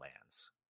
Lands